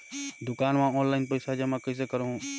दुकान म ऑनलाइन पइसा जमा कइसे करहु?